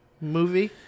movie